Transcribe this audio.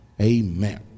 amen